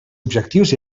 objectius